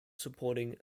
supporting